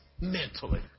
mentally